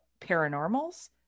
paranormals